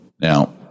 Now